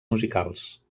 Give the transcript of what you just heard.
musicals